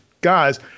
guys